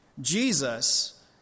Jesus